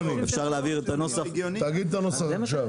תגיד את הנוסח.